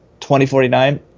2049